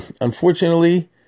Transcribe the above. Unfortunately